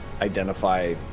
identify